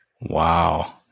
Wow